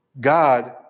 God